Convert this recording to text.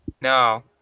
No